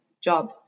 job